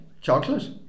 Chocolate